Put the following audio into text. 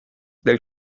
del